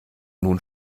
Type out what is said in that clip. nun